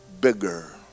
bigger